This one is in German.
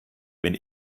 wenn